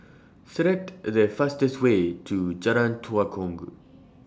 Select The fastest Way to Jalan Tua Kong